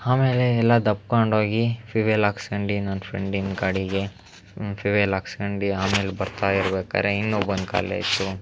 ಆಮೇಲೆ ಎಲ್ಲ ದಬ್ಕೊಂಡು ಹೋಗಿ ಫ್ಯುಯೆಲ್ ಹಾಕ್ಸ್ಕಂಡು ನನ್ನ ಫ್ರೆಂಡಿನ ಗಾಡಿಗೆ ಫ್ಯುಯೆಲ್ ಹಾಕ್ಸ್ಕಂಡು ಆಮೇಲೆ ಬರ್ತಾ ಇರ್ಬೇಕಾದ್ರೆ ಇನ್ನೊಬ್ಬಂದು ಖಾಲಿ ಆಯಿತು